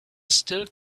still